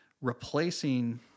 Replacing